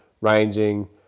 ranging